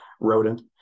rodent